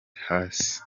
hasi